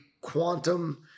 quantum